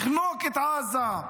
לחנוק את עזה.